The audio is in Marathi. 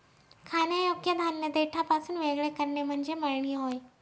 खाण्यायोग्य धान्य देठापासून वेगळे करणे म्हणजे मळणी होय